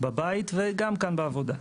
בבית וגם כאן בעבודה.